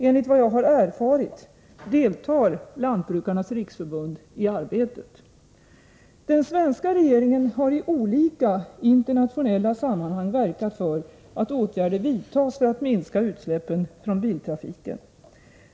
Enligt vad jag har erfarit deltar Lantbrukarnas riksförbund i arbetet. Den svenska regeringen har i olika internationella sammanhang verkat för att åtgärder vidtas för att minska utsläppen från biltrafiken.